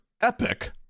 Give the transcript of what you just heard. Epic